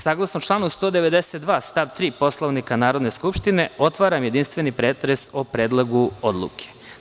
Saglasno članu 192. stav 3. Poslovnika Narodne skupštine otvaram jedinstveni pretres o Predlogu odluke.